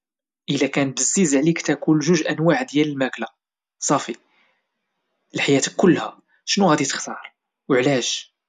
ايلا كان بزز عليك تاكل جوج انواع ديال الماكلة لحياتك كلها شنو غادي تختار وعلاش؟